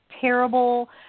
terrible